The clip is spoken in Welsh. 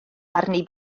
arni